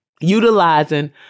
utilizing